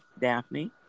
Daphne